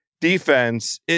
defense